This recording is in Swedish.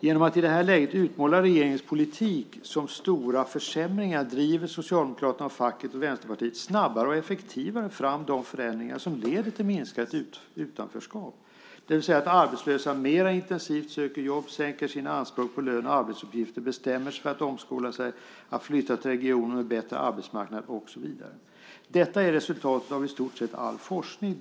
Genom att i det här läget utmåla regeringens politik som stora försämringar driver Socialdemokraterna, facket och Vänsterpartiet snabbare och effektivare fram de förändringar som leder till minskat utanförskap. Arbetslösa söker jobb mer intensivt och sänker sina anspråk på lön och arbetsuppgifter. De bestämmer sig för att omskola sig, flytta till regioner med bättre arbetsmarknad och så vidare. Det är resultatet av i stort sett all forskning.